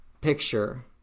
picture